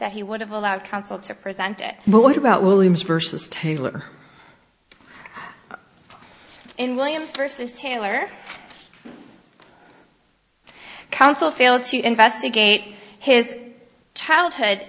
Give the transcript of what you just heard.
that he would have allowed counsel to present it but what about williams versus taylor in williams versus taylor council failed to investigate his childhood